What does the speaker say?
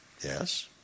Yes